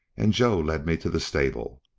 and joe led me to the stable.